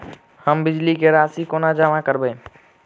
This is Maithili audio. हम बिजली कऽ राशि कोना जमा करबै?